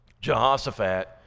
Jehoshaphat